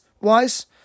wise